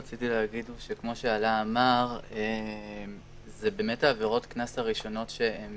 כמו שעלא אמר זה באמת עבירות הקנס הראשונות שזה